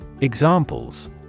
Examples